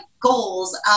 goals